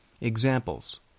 Examples